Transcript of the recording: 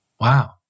Wow